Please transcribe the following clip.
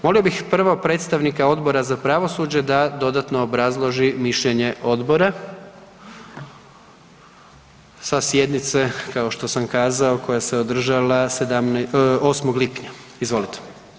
Molio bih prvo predstavnika Odbora za pravosuđe da dodatno obrazloži mišljenje odbora sa sjednice, kao što sam kazao, koja se održala 8. lipnja, izvolite.